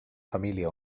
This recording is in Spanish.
familia